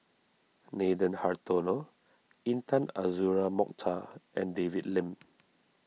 Nathan Hartono Intan Azura Mokhtar and David Lim